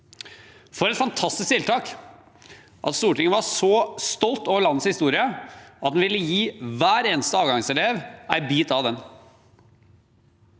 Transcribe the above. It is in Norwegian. For et fantastisk tiltak! Stortinget var så stolt over landets historie at man ville gi hver eneste avgangselev en bit av den.